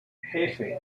jefe